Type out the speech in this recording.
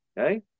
Okay